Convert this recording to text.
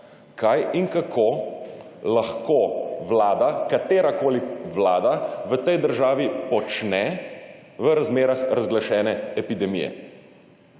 kaj in kako lahko vlada, katerakoli vlada v tej državi, počne v razmerah razglašene epidemije.